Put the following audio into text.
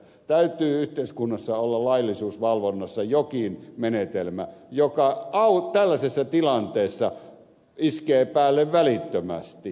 täytyy yhteiskunnassa olla laillisuusvalvonnassa jokin menetelmä joka tällaisessa tilanteessa iskee päälle välittömästi